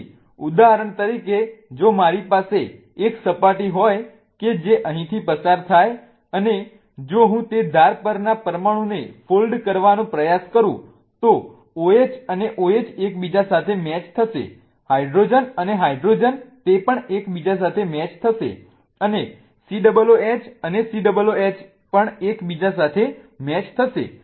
તેથી ઉદાહરણ તરીકે જો મારી પાસે એક સપાટી હોય કે જે અહીંથી પસાર થાય અને જો હું તે ધાર પરના પરમાણુને ફોલ્ડ કરવાનો પ્રયાસ કરું તો OH અને OH એકબીજા સાથે મેચ થશે હાઈડ્રોજન અને હાઈડ્રોજન એકબીજા સાથે મેચ થશે અને COOH અને COOH એકબીજા સાથે મેચ થશે